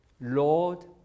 Lord